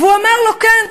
והוא אומר לו: כן,